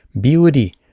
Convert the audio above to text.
beauty